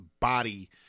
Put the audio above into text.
Body